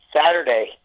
Saturday